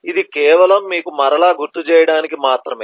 ఇది కేవలం మీకు మరల గుర్తు చేయడానికి మాత్రమే